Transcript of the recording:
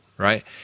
Right